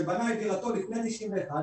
שבנה את דירתו לפני 91',